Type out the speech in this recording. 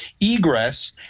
egress